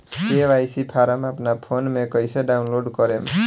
KYC form अपना phone मे कइसे डाऊनलोड करेम?